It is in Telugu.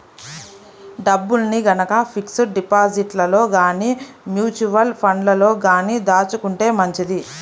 డబ్బుల్ని గనక ఫిక్స్డ్ డిపాజిట్లలో గానీ, మ్యూచువల్ ఫండ్లలో గానీ దాచుకుంటే మంచిది